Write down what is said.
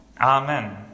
Amen